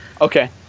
okay